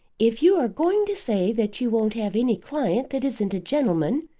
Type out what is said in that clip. if you are going to say that you won't have any client that isn't a gentleman,